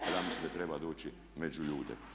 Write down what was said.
Ja mislim da treba doći među ljude.